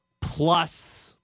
plus